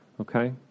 Okay